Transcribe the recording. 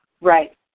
Right